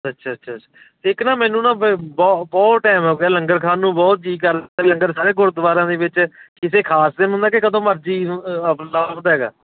ਅੱਛਾ ਅੱਛਾ ਇੱਕ ਨਾ ਮੈਨੂੰ ਨਾ ਬ ਬਹੁਤ ਟਾਈਮ ਹੋ ਗਿਆ ਲੰਗਰ ਖਾਣ ਨੂੰ ਬਹੁਤ ਜੀਅ ਕਰਦਾ ਲੰਗਰ ਸਾਰੇ ਗੁਰਦੁਆਰਿਆਂ ਦੇ ਵਿੱਚ ਕਿਸੇ ਖਾਸ ਦਿਨ ਹੁੰਦਾ ਕਿ ਕਦੋਂ ਮਰਜ਼ੀ ਹੈਗਾ